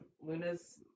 Luna's